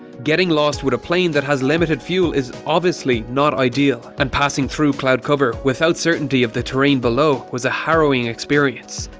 getting lost with a plane that has limited fuel is obviously not ideal, and passing through cloud cover without certainty of the terrain below was a harrowing experience.